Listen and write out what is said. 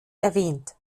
erwähnt